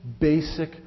basic